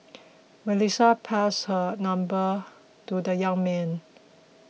Melissa passed her number to the young man